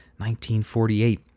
1948